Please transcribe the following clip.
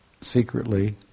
secretly